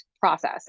process